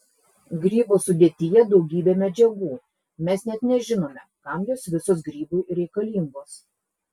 grybo sudėtyje daugybė medžiagų mes net nežinome kam jos visos grybui reikalingos